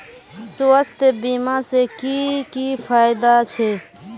स्वास्थ्य बीमा से की की फायदा छे?